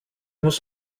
muss